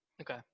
okay